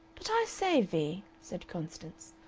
but i say, vee, said constance,